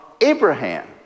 Abraham